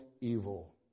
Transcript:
evil